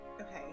Okay